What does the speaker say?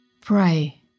pray